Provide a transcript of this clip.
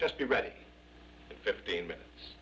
just be ready in fifteen minutes